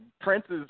Prince's